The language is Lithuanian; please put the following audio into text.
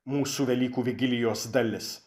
mūsų velykų vigilijos dalis